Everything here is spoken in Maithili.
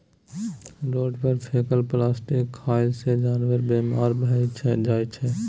रोड पर फेकल प्लास्टिक खएला सँ जानबर बेमार भए जाइ छै